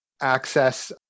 access